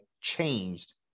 changed